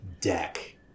deck